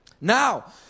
Now